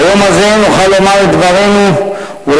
ביום הזה נוכל לומר את דברינו ולהציע